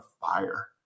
fire